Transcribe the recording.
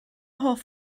hoff